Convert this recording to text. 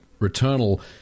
returnal